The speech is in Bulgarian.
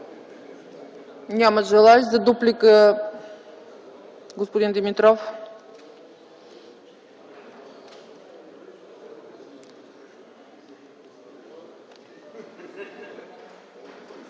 няма желаещи. За дуплика – господин Димитров.